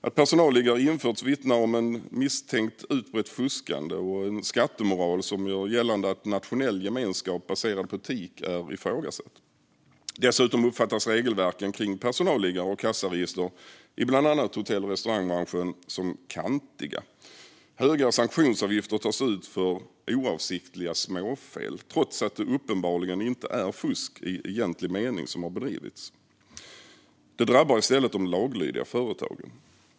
Att personalliggare införts vittnar om ett misstänkt utbrett fuskande och en skattemoral som gör gällande att nationell gemenskap baserad på etik är ifrågasatt. Dessutom uppfattas regelverken för personalliggare och kassaregister i bland annat hotell och restaurangbranschen som kantiga. Höga sanktionsavgifter tas ut för oavsiktliga småfel, trots att det uppenbarligen inte är fusk i egentlig mening som har bedrivits. Det drabbar i stället de laglydiga företagen.